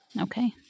Okay